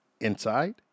inside